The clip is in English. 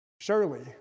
Surely